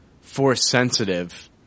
Force-sensitive